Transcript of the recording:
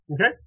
Okay